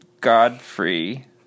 Godfrey